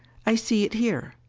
i see it here.